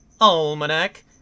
Almanac